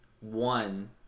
one